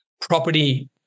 Property